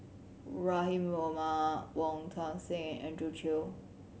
Rahim Omar Wong Tuang Seng and Andrew Chew